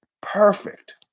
Perfect